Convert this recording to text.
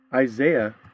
Isaiah